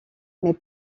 mais